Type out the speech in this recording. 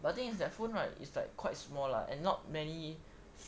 but the thing is that phone right is like quite small lah and not many